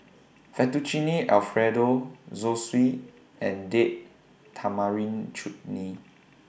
Fettuccine Alfredo Zosui and Date Tamarind Chutney